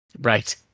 Right